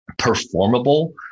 performable